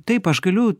taip aš galiu